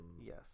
Yes